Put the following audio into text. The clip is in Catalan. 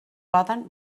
poden